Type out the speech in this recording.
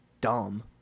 dumb